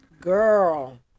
Girl